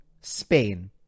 Spain